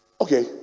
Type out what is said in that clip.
Okay